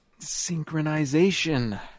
synchronization